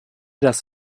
das